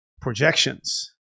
projections